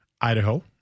Idaho